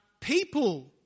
people